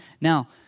Now